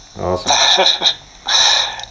Awesome